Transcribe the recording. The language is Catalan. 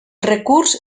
recurs